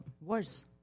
worse